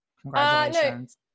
congratulations